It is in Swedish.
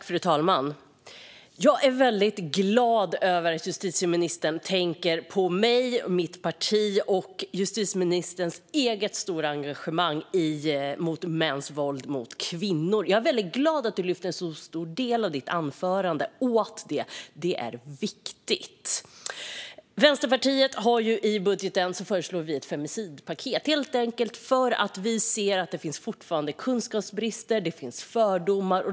Fru talman! Jag är väldigt glad över att justitieministern tänker på mig och mitt parti och över justitieministerns eget stora engagemang mot mäns våld mot kvinnor. Jag är glad över att du ägnade en så stor del åt detta i ditt anförande, Morgan Johansson. Det är viktigt. Vänsterpartiet föreslår i budgeten ett femicid-paket, helt enkelt för att vi ser att det fortfarande finns kunskapsbrister och fördomar.